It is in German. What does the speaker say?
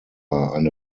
eine